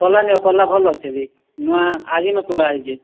କଲ୍ରା ନିଅ କଲ୍ରା ଭଲ ଅଛେ ବି ନୂଆଁ ଆଜି ନ ତୁଲା ହେଇଛେ